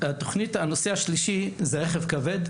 הנושא השלישי זה רכב כבד.